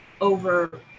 over